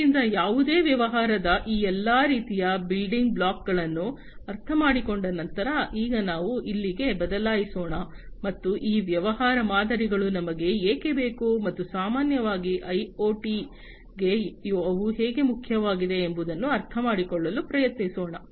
ಆದ್ದರಿಂದ ಯಾವುದೇ ವ್ಯವಹಾರದ ಈ ಎಲ್ಲಾ ರೀತಿಯ ಬಿಲ್ಡಿಂಗ್ ಬ್ಲಾಕ್ಗಳನ್ನು ಅರ್ಥಮಾಡಿಕೊಂಡ ನಂತರ ಈಗ ನಾವು ಇಲ್ಲಿಗೆ ಬದಲಾಯಿಸೋಣ ಮತ್ತು ಈ ವ್ಯವಹಾರ ಮಾದರಿಗಳು ನಮಗೆ ಏಕೆ ಬೇಕು ಮತ್ತು ಸಾಮಾನ್ಯವಾಗಿ ಐಒಟಿಗೆ ಅವು ಹೇಗೆ ಮುಖ್ಯವಾಗಿವೆ ಎಂಬುದನ್ನು ಅರ್ಥಮಾಡಿಕೊಳ್ಳಲು ಪ್ರಯತ್ನಿಸೋಣ